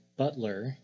Butler